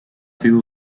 sido